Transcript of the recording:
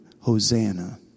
Hosanna